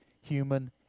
human